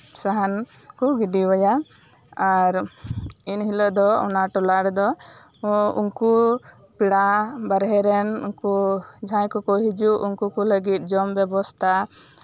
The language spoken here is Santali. ᱥᱟᱦᱟᱱ ᱠᱚ ᱜᱤᱰᱤᱭᱟᱭᱟ ᱟᱨ ᱮᱱᱦᱤᱞᱳᱜ ᱫᱚ ᱚᱱᱟ ᱴᱚᱞᱟ ᱨᱮᱫᱚ ᱩᱱᱠᱩ ᱯᱮᱲᱟ ᱵᱟᱦᱨᱮᱱ ᱡᱟᱦᱟᱸᱭ ᱠᱚᱠᱚ ᱦᱤᱡᱩᱜ ᱩᱱᱠᱩ ᱠᱚ ᱞᱟᱹᱜᱤᱫ ᱡᱚᱢ ᱵᱮᱵᱚᱥᱛᱷᱟ